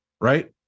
right